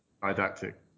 didactic